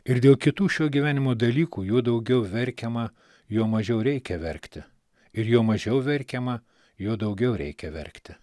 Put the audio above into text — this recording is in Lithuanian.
ir dėl kitų šio gyvenimo dalykų juo daugiau verkiama juo mažiau reikia verkti ir juo mažiau verkiama juo daugiau reikia verkti